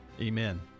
Amen